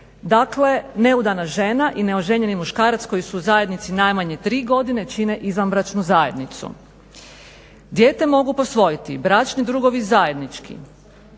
Dakle neudana žena i neoženjeni muškarac koji su u zajednici najmanje tri godine čine izvanbračnu zajednicu. Dijete mogu posvojiti bračni drugovi zajednički